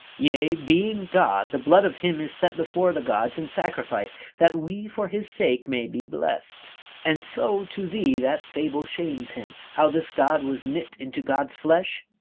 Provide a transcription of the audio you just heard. yea, being god, the blood of him is set before the gods in sacrifice, that we for his sake may be blest and so, to thee, that fable shames him, how this god was knit into god's flesh?